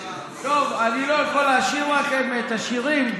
אני לא יכול לשיר לכם את השירים,